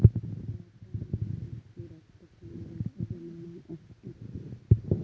वाटाणे आणि मसूरात प्रथिने भरपूर प्रमाणात असतत